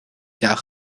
car